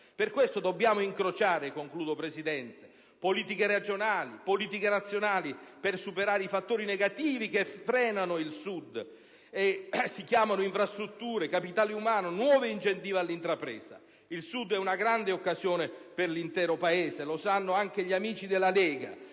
Per questo dobbiamo incrociare politiche regionali e politiche nazionali, per superare i fattori negativi che oggi frenano il Sud: si chiamano infrastrutture, capitale umano, nuovi incentivi all'intrapresa. Il Sud è una grande occasione per l'intero Paese, lo sanno anche gli amici della Lega,